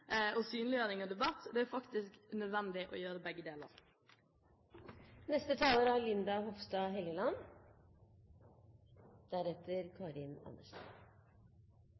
og synliggjøring, og debatt – det er faktisk nødvendig å gjøre begge deler. Ut fra innlegget som statsråden holdt i ettermiddag, virker det som om statsråden er